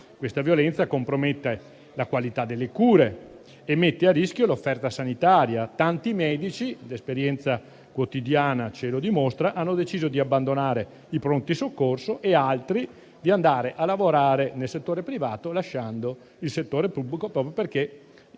questa violenza compromette la qualità delle cure e mette a rischio l'offerta sanitaria. Tanti medici - l'esperienza quotidiana ce lo dimostra - hanno deciso di abbandonare i pronti soccorso e altri di andare a lavorare nel settore privato, lasciando il settore pubblico, proprio perché